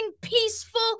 peaceful